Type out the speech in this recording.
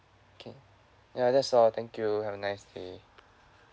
okay ya that's all thank you have a nice day